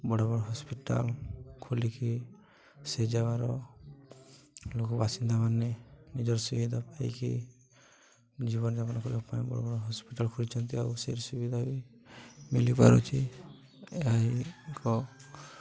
ବଡ଼ ବଡ଼ ହସ୍ପିଟାଲ ଖୋଲିକି ସେ ଜାଗାର ଲୋକ ବାସିନ୍ଦା ମାନେ ନିଜର ସୁବିଧା ପାଇକି ଜୀବନଯପନ କରିବା ପାଇଁ ବଡ଼ ବଡ଼ ହସ୍ପିଟାଲ ଖୋଲିଛନ୍ତି ଆଉ ସେ ସୁବିଧା ବି ମିଲିପାରୁଛି ଏହା ଏକ